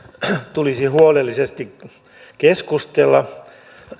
tulisi huolellisesti keskustella